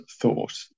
thought